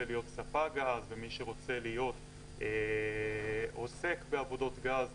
להיות ספק גז ומי שרוצה להיות עוסק בעבודות גז,